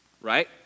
right